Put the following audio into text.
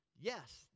yes